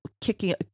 kicking